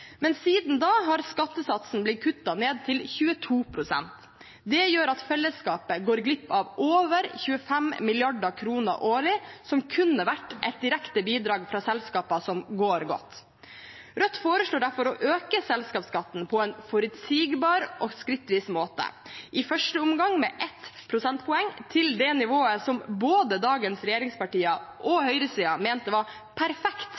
men siden da har skattesatsen blitt kuttet ned til 22 pst. Det gjør at fellesskapet går glipp av over 25 mrd. kr årlig som kunne vært et direkte bidrag fra selskapene som går godt. Rødt foreslår derfor å øke selskapsskatten, på en forutsigbar og skrittvis måte, i første omgang med ett prosentpoeng, til det nivået som både dagens regjeringspartier og høyresiden mente var perfekt